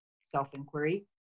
self-inquiry